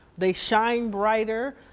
they shine brighter.